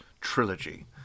trilogy